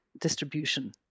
distribution